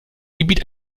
gebiet